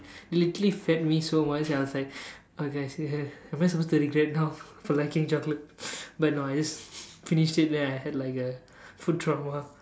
literally fed me so much I was like oh guys am I supposed to regret now for liking chocolate but no I just finished it and then I had a food trauma